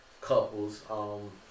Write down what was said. couples